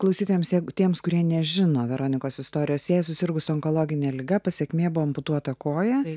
klausytojams jeig tiems kurie nežino veronikos istorijos jai susirgus onkologine liga pasekmė buvo amputuota koja